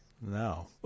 No